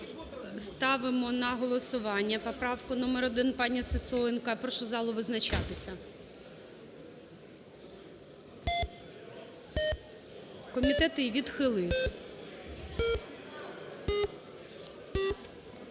ставимо на голосування поправку номер 1 пані Сисоєнко. Я прошу залу визначатися. Комітет її відхилив.